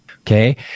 Okay